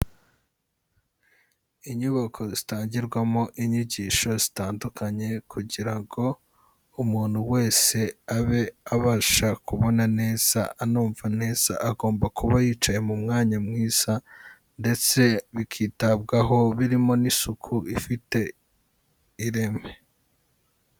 Inyubako zitangirwamo inyigisho zitandukanye, kugira ngo umuntu wese abe abasha kubona neza, anumva neza agomba kuba yicaye mu mwanya mwiza ndetse bikitabwaho birimo n'isuku ifite ireme.